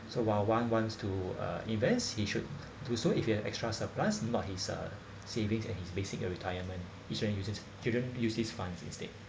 so while one wants to uh invest he should do so if he have extra supplies not he's (uh)savings and his basic uh retirement his should let his children use this funds instead